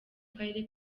karere